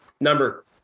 Number